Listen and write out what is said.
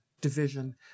division